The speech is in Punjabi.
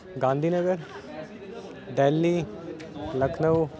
ਗਾਂਧੀਨਗਰ ਡੈਲੀ ਲਖਨਊ